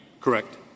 Correct